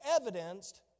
evidenced